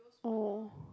oh